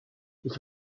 ich